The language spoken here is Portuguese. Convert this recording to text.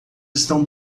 estão